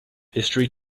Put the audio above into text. history